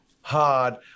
hard